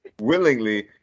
Willingly